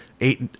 eight